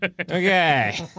Okay